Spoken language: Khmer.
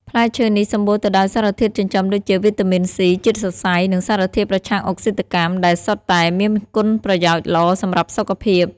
ផ្លែឈើនេះសម្បូរទៅដោយសារធាតុចិញ្ចឹមដូចជា វីតាមីន ស៊ី ជាតិសរសៃ និងសារធាតុប្រឆាំងអុកស៊ីតកម្ម ដែលសុទ្ធតែមានគុណប្រយោជន៍ល្អសម្រាប់សុខភាព។